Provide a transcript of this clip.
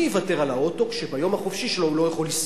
מי יוותר על האוטו כשביום החופשי שלו הוא לא יכול לנסוע?